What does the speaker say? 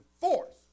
force